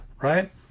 right